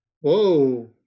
Whoa